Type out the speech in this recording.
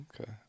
Okay